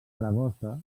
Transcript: saragossa